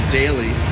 daily